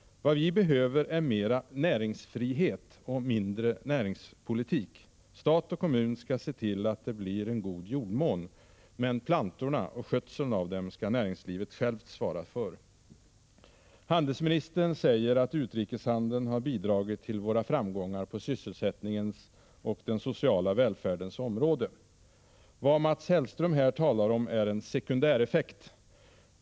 Vad vi behöver är mera näringsfrihet och mindre näringspolitik! Stat och kommun skall se till att det blir en god jordmån, men plantorna och skötseln av dem skall näringslivet självt svara för. Utrikeshandelsministern säger att utrikeshandeln har bidragit till våra framgångar på sysselsättningens och den sociala välfärdens område. Vad Mats Hellström här talar om är en sekundäreffekt.